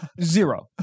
Zero